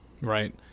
Right